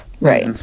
Right